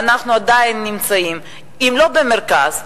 ואנחנו עדיין נמצאים אם לא במרכז,